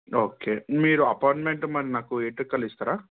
okay మీరు appointment మరి నాకు ఎయిట్ అలా ఇస్తారా